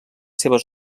seves